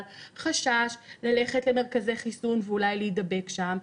חשש ללכת למרכזי חיסון ואולי להידבק שם,